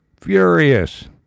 furious